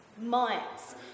months